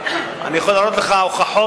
אני יכול להראות לך הוכחות,